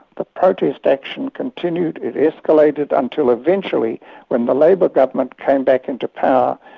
the protest action continued, it escalated until eventually when the labour government came back into power,